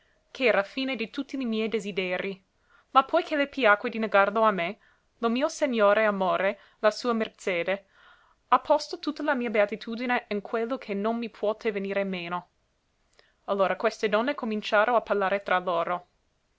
ché era fine di tutti li miei desiderii ma poi che le piacque di negarlo a me lo mio segnore amore la sua merzede ha posto tutta la mia beatitudine in quello che non mi puote venire meno allora queste donne cominciaro a parlare tra loro